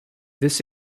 this